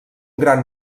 gran